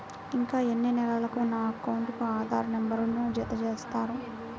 ఇంకా ఎన్ని నెలలక నా అకౌంట్కు ఆధార్ నంబర్ను జత చేస్తారు?